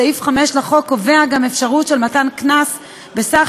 סעיף 5 לחוק קובע גם אפשרות של מתן קנס בסך